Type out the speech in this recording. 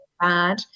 bad